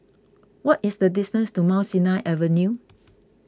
what is the distance to Mount Sinai Avenue